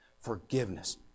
forgiveness